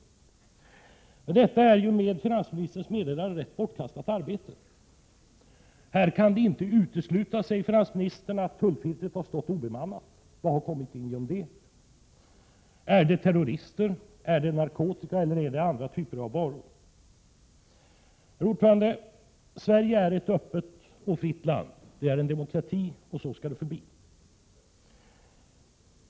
Finansministerns meddelande innebär att detta är ett bortkastat arbete. Det kan inte uteslutats, säger finansministern, att tullfiltret har stått obemannat. Vad har då kommit in genom det? Är det terrorister, narkotika eller andra typer av faror? Herr talman! Sverige är ett öppet och fritt land — det är en demokrati och skall så förbli.